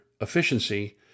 efficiency